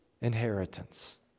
inheritance